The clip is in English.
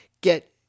get